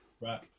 right